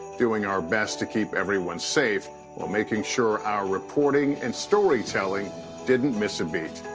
doing our best to keep everyone safe while making sure our reporting and story telling didn't miss a beat.